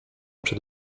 przed